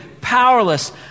powerless